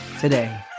today